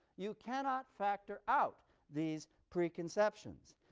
you cannot factor out these preconceptions.